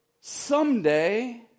someday